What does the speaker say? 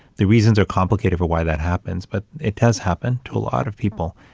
the reasons are complicated for why that happens, but it has happened to a lot of people,